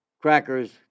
crackers